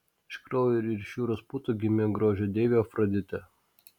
iš kraujo ir iš jūros putų gimė grožio deivė afroditė